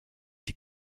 die